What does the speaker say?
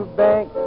bank